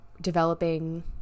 developing